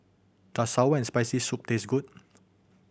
does sour and Spicy Soup taste good